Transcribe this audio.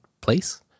place